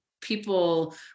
people